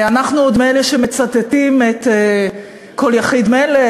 אנחנו עוד מאלה שמצטטים את "כל יחיד מלך",